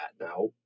now